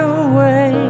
away